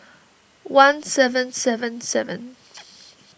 one seven seven seven